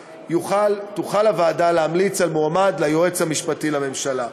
תוכל הוועדה להמליץ על מועמד ליועץ המשפטי לממשלה.